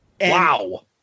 Wow